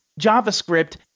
JavaScript